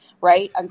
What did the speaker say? right